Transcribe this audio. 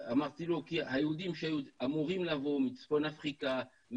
אמרתי לו כי היהודים שהיו אמורים לבוא מצפון אפריקה,